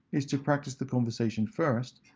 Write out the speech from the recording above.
is to practice the conversation first,